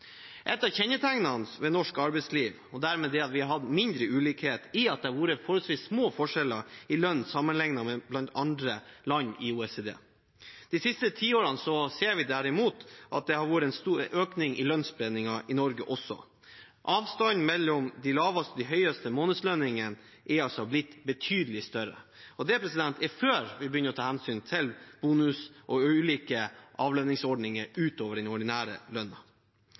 ved norsk arbeidsliv, og en av grunnene til at vi har hatt mindre ulikhet, har vært forholdsvis små forskjeller i lønn sammenlignet med andre land i OECD. De siste tiårene ser vi derimot at det har vært en økning i lønnsspennet også i Norge. Avstanden mellom de laveste og de høyeste månedslønningene er blitt betydelig større, og det før vi tar hensyn til bonus- og ulike avlønningsordninger utover den ordinære